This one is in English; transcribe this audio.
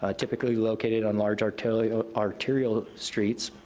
ah typically located on large, arterial yeah ah arterial streets,